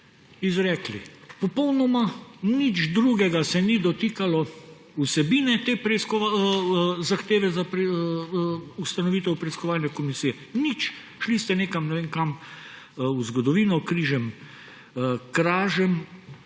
izrekli. Popolnoma nič drugega se ni dotikalo vsebine te zahteve za ustanovitev preiskovalne komisije, nič. Šli ste nekam, ne vem, kam, v zgodovino, križemkražem,